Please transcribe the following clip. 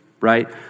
right